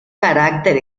carácter